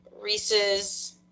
Reese's